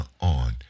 on